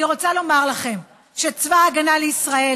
אני רוצה לומר לכם שצבא ההגנה לישראל